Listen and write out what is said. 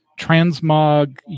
transmog